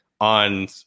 on